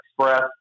Express